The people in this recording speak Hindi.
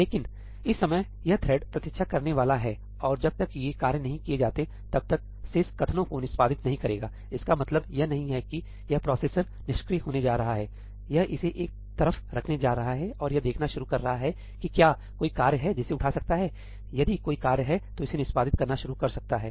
लेकिन इस समय यह थ्रेड् प्रतीक्षा करने वाला है और जब तक ये कार्य नहीं किए जाते हैं तब तक यह शेष कथनों को निष्पादित नहीं करेगा इसका मतलब यह नहीं है कि यह प्रोसेसर निष्क्रिय होने जा रहा है यह इसे एक तरफ रखने जा रहा है और यह देखना शुरू कर रहा है कि क्या कोई कार्य है जिसे उठा सकता है यदि कोई कार्य है तो इसे निष्पादित करना शुरू कर सकता है